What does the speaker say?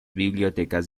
bibliotecas